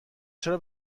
چرا